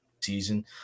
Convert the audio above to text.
season